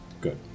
Good